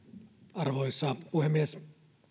arvoisa puhemies